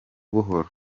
buhoro